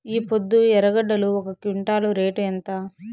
ఈపొద్దు ఎర్రగడ్డలు ఒక క్వింటాలు రేటు ఎంత?